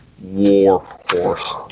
Warhorse